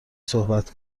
صحبت